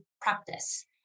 practice